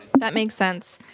that makes sense.